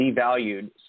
devalued